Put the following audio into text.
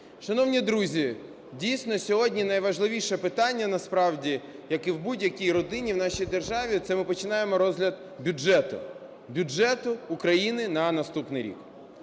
Шановні друзі! Дійсно, сьогодні найважливіше питання, насправді, як і в будь-якій родині в нашій державі, – це ми починаємо розгляд бюджету, бюджету України на наступний рік.